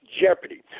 Jeopardy